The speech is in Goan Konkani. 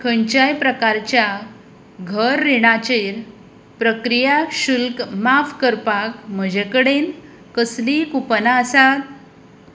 खंयच्याय प्रकारच्या घर रिणाचेर प्रक्रिया शुल्क माफ करपाक म्हजे कडेन कसलींय कूपना आसात